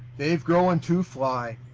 they've grown too fly.